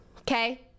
Okay